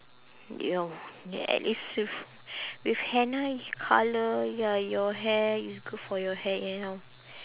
ya at least with with henna you colour ya your hair it's good for your hair now